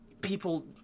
people